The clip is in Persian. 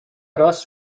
راست